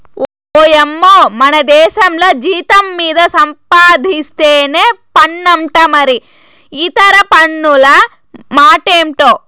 ఓయమ్మో మనదేశంల జీతం మీద సంపాధిస్తేనే పన్నంట మరి ఇతర పన్నుల మాటెంటో